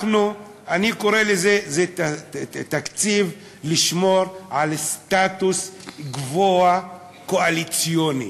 אני קורא לזה "תקציב לשמור על סטטוס קוו קואליציוני".